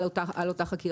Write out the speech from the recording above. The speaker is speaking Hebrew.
על אותה חקירה.